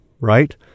right